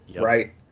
right